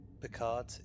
Picard